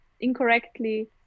incorrectly